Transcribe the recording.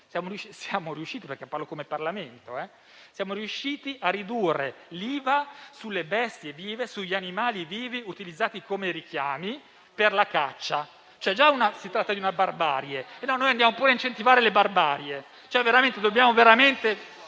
Siamo riusciti - perché parlo come Parlamento - a ridurre l'IVA sulle bestie vive e sugli animali vivi utilizzati come richiami per la caccia. Già si tratta di una barbarie; ora noi andiamo pure a incentivare questa barbarie.